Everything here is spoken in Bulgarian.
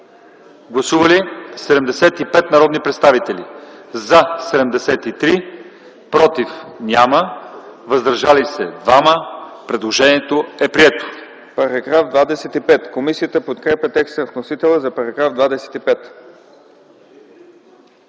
Гласували 74 народни представители: за 70, против няма, въздържали се 4. Предложението е прието.